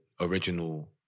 original